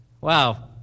wow